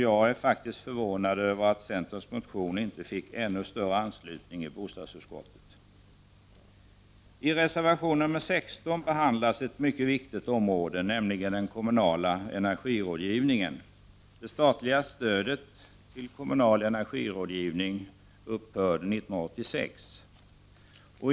Jag är förvånad över att centerns motion inte fick ännu större anslutning i bostadsutskottet. I reservation nr 16 behandlas ett mycket viktigt område, nämligen den kommunala energirådgivningen. Det statliga stödet till kommunal energirådgivning upphörde 1986.